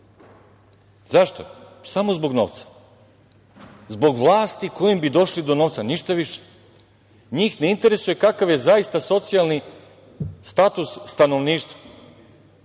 Zašto? Samo zbog novca. Zbog vlasti kojom bi došli do novca, ništa više. Njih ne interesuje kakav je zaista socijalni status stanovništva.